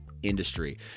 industry